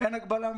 תודה רבה.